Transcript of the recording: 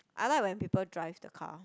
I like when people drive the car